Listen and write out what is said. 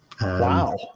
Wow